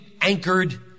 anchored